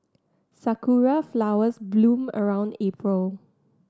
sakura flowers bloom around April